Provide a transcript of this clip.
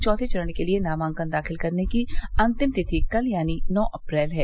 चौथे चरण के लिये नामांकन दाखिल करने की अंतिम तिथि कल यानी नौ अप्रैल है